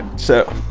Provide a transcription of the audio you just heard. so